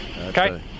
Okay